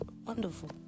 Wonderful